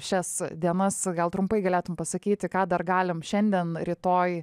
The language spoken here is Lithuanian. šias dienas gal trumpai galėtum pasakyti ką dar galim šiandien rytoj